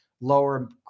lower